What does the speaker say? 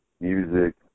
music